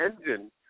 engine